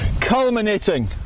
culminating